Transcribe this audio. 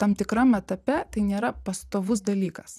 tam tikram etape tai nėra pastovus dalykas